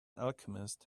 alchemist